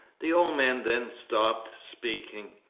the old men then stopped speaking.